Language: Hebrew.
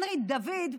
הנרי דוד,